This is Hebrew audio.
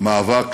מאבק